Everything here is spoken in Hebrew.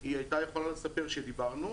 היא הייתה יכולה לספר שדיברנו.